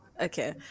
Okay